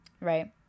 Right